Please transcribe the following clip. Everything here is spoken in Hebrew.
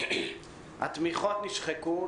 התמיכות נשחקו.